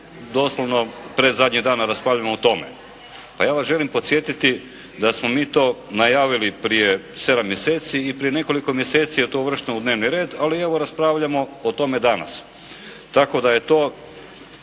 doslovno predzadnji dan raspravljamo o tome. Pa ja vas želim podsjetiti da smo mi to najavili prije sedam mjeseci i prije nekoliko mjeseci je to uvršteno u dnevni red, ali evo raspravljamo o tome danas, tako da je to